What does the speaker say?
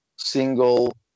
single